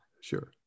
Sure